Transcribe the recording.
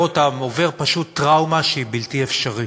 אותם עובר פשוט טראומה שהיא בלתי אפשרית.